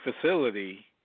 facility